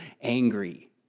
angry